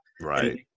Right